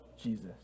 Jesus